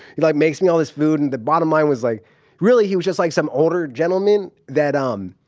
he like makes me all this food. and the bottom line was like really he was just like some older gentleman that, um,